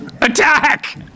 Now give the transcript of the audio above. attack